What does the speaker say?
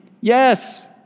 Yes